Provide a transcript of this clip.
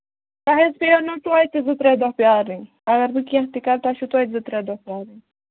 تۄہہِ حظ پیٚنو توتہِ زٕ ترٛےٚ دۄہ پرٛارنُے اَگر بہٕ کیٚنٛہہ تہِ کرٕ تۄہہِ چھُو توتہِ زٕ ترٛےٚ دۄہ پرٛارُن